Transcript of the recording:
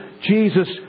Jesus